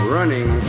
Running